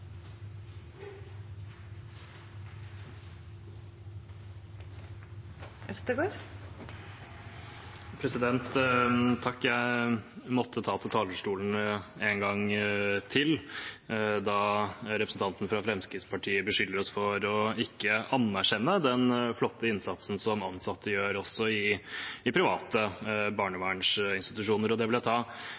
Jeg måtte ta til talerstolen en gang til da representanten fra Fremskrittspartiet beskylder oss for ikke å anerkjenne den flotte innsatsen som ansatte gjør også i private barnevernsinstitusjoner. Det vil jeg ta